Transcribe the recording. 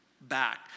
back